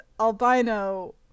albino